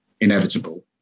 inevitable